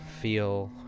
feel